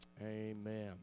Amen